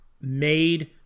made